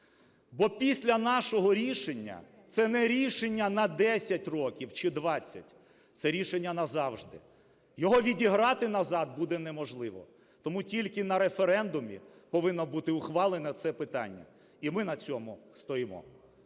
Бо після нашого рішення – це не рішення на 10 років чи 20, це рішення назавжди, його відіграти назад буде неможливо. Тому тільки на референдумі повинно бути ухвалене це питання і ми на цьому стоїмо.